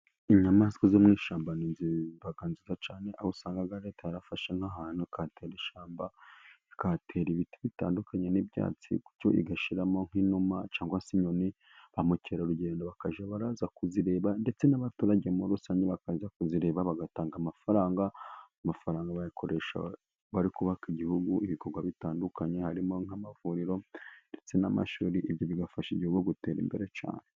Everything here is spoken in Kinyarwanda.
Inyamaswa zo mu ishyamba ziba nziza cyane, aho usanga leta yarafashe nk'ahantu ikahatera ishyamba ikahatera ibiti bitandukanye n'ibyatsi, gutyo igashyiramo nk'inuma cyangwa se inyoni, ba mukerarugendo bakajya baraza kuzireba ndetse n'abaturage muri rusange bakajya kuzireba, bagatanga amafaranga, amafaranga bayakoresha bari kubaka igihugu ibikorwa bitandukanye, harimo nk'amavuriro ndetse n'amashuri, ibyo bigafasha igihugu gutera imbere cyane.